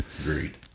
Agreed